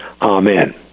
Amen